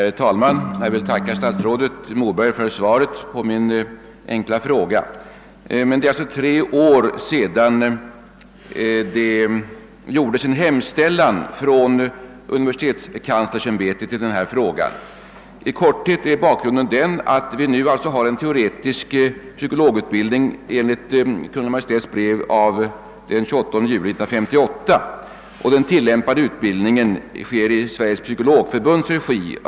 Herr talman! Jag vill tacka statsrådet Moberg för svaret på min enkla fråga. För tre år sedan gjordes från universitetskanslersämbetet en hemställan i denna sak. I korthet kan bakgrunden sägas vara att vi har en teoretisk psykologutbildning enligt Kungl. Maj:ts brev av den 28 juli 1958 och att den tillämpade utbildningen sker i Sveriges psykologförbunds regi.